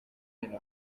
hino